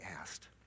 asked